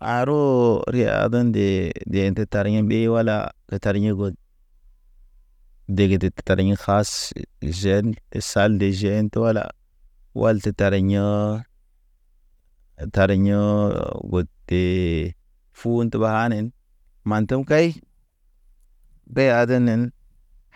Aroo ri aden ndee, de hente ta, tar yḛ ɓe wala ge tar yḛ god. Dege tar yḛ kas. Jen sal te jen wala, wal te tare yḛ, tare yḛ gote. Fun te ɓa nen, man te kay de adenen